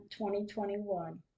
2021